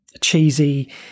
cheesy